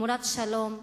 תמורת שלום יציב.